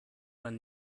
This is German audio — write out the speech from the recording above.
man